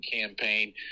campaign